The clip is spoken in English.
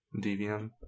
DVM